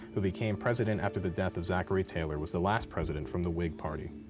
who became president after the death of zachary taylor, was the last president from the whig party?